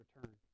return